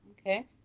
okay